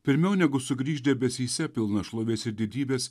pirmiau negu sugrįš debesyse pilna šlovės ir didybės